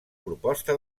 proposta